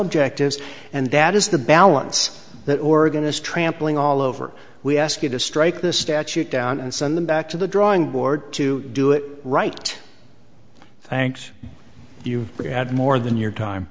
objectives and that is the balance that organise trampling all over we ask you to strike this statute down and send them back to the drawing board to do it right thanks you for your add more than your time